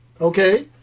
Okay